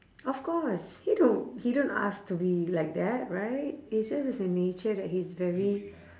of course he don't he don't ask to be like that right it's just as a nature that he's very